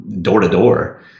door-to-door